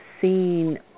seen